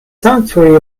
sanctuary